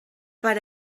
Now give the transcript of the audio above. per